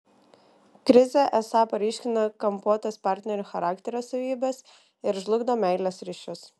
krizė esą paryškina kampuotas partnerių charakterio savybes ir žlugdo meilės ryšius